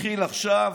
נתחיל עכשיו